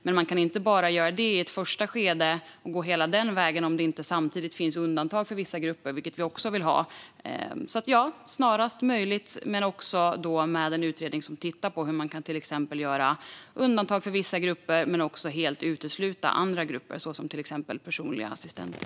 Men man kan inte göra det i ett första skede och gå hela den vägen om det inte samtidigt finns undantag för vissa grupper, vilket vi också vill ha. Ja, detta ska ske snarast möjligt. Men det ska också vara en utredning som tittar på hur man till exempel kan göra undantag för vissa grupper men också helt utesluta andra grupper, till exempel personliga assistenter.